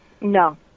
No